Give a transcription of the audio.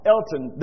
Elton